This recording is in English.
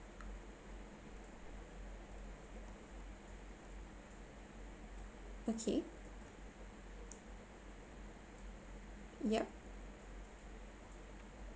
okay yup